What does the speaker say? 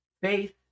Faith